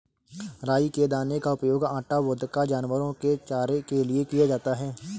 राई के दाने का उपयोग आटा, वोदका, जानवरों के चारे के लिए किया जाता है